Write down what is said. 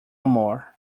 more